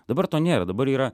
dabar to nėra dabar yra